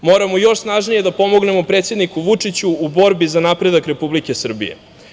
Moramo još snažnije da pomognemo predsedniku Vučiću u borbi za napredak Republike Srbije.